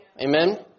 Amen